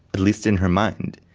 at least in her mind,